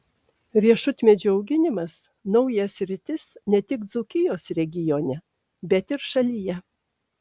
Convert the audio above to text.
riešutmedžių auginimas nauja sritis ne tik dzūkijos regione bet ir šalyje